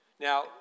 Now